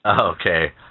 Okay